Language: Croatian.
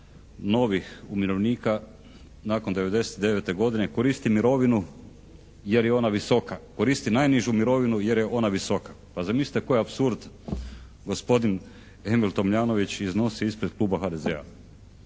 novih umirovljenika nakon '99. godine koristi najnižu mirovinu jer je ona visoka. Pa zamislite koji apsurd. Gospodin Emil Tomljanović iznosi ispred kluba HDZ-a,